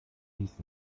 dies